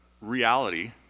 reality